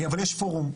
אבל יש פורום,